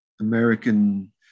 American